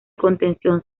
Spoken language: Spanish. contención